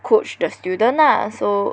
coach the student lah so